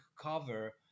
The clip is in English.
cover